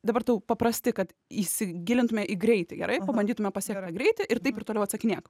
dabar tau paprasti kad įsigilintume į greitį gerai pabandytume pasiekt tą greitį ir taip ir toliau atsakinėk